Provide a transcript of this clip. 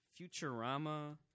Futurama